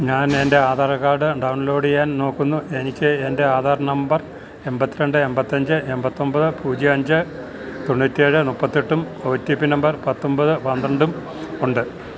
ഞാനെൻ്റെ Aadhaar card download ചെയ്യാൻ നോക്കുന്നു എനിക്കെൻ്റെ ആധാർ നമ്പർ എണ്പത്തിരണ്ട് എണ്പത്തിയഞ്ച് എണ്പത്തിയൊമ്പത് പൂജ്യം അഞ്ച് തൊണ്ണൂറ്റിയേഴ് മുപ്പത്തിയെട്ടും ഒ ടി പി നമ്പർ പത്തൊമ്പത് പന്ത്രണ്ടും ഉണ്ട്